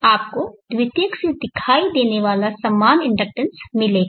आपको द्वितीयक से दिखाई देने वाला समान इंडक्टेंस मिलेगा